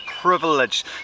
privilege